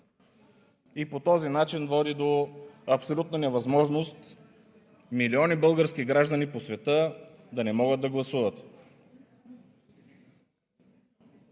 и по този начин води до абсолютна невъзможност милиони български граждани по света да не могат да гласуват!